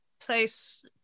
place